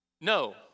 No